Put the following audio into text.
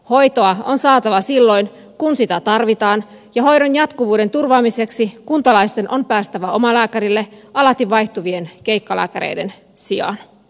hoitoa on saatava silloin kun sitä tarvitaan ja hoidon jatkuvuuden turvaamiseksi kuntalaisten on päästävä omalääkärille alati vaihtuvien keikkalääkäreiden sijaan